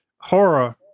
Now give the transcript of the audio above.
horror